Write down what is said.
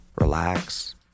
relax